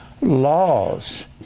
laws